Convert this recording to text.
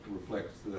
reflects